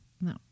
no